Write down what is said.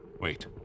Wait